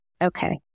Okay